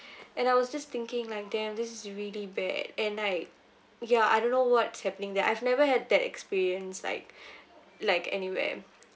and I was just thinking like damn this is really bad and like yeah I don't know what's happening there I've never had that experience like like anywhere